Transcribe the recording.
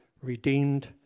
redeemed